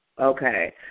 okay